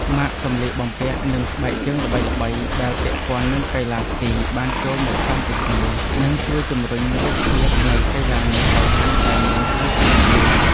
ម៉ាកសម្លៀកបំពាក់ និងស្បែកជើងល្បីៗដែលពាក់ព័ន្ធនឹងកីឡាស្គី បានចូលមកកម្ពុជា និងជួយជម្រុញរូបភាពនៃកីឡានេះឱ្យកាន់តែមានភាពទាក់ទាញ។